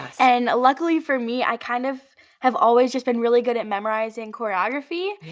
and luckily for me i kind of have always just been really good at memorizing choreography.